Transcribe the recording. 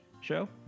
show